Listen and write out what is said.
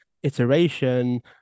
iteration